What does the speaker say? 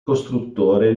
costruttore